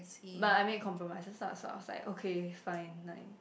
but I make compromises lah so I was like okay fine like